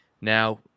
now